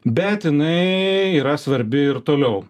bet jinai yra svarbi ir toliau